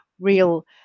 real